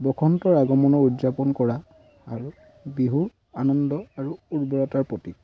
বসন্তৰ আগমনৰ উদযাপন কৰা আৰু বিহু আনন্দ আৰু উৰ্বৰতাৰ প্ৰতীক